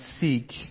seek